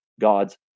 god's